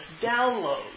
download